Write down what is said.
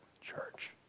church